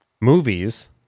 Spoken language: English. movies